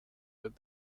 with